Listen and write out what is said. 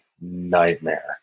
nightmare